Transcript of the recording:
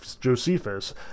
Josephus